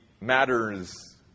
matters